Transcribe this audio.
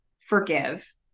forgive